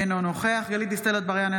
אינו נוכח גלית דיסטל אטבריאן,